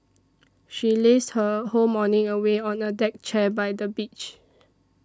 she lazed her whole morning away on a deck chair by the beach